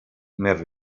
més